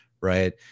right